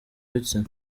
bitsina